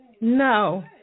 No